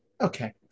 okay